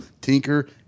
tinker